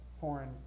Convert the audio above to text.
foreign